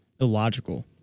illogical